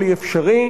כלי אפשרי,